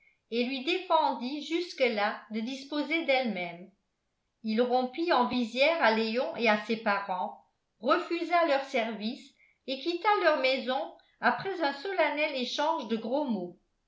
et lui défendit jusque-là de disposer d'elle-même il rompit en visière à léon et à ses parents refusa leurs services et quitta leur maison après un solennel échange de gros mots